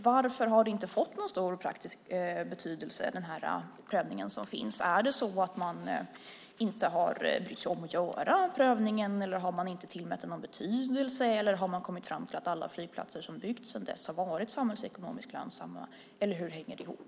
Varför har den prövning som finns inte fått någon stor praktisk betydelse? Har man inte brytt sig om att göra prövningen? Har man inte tillmätt den någon betydelse, eller har man kommit fram till att alla flygplatser som har byggts sedan dess har varit samhällsekonomiskt lönsamma? Hur hänger det ihop?